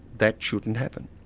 that shouldn't happen.